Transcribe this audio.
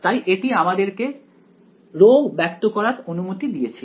তাই এটি আমাদেরকে ρ ব্যক্ত করার অনুমতি দিয়েছিল